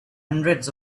hundreds